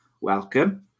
welcome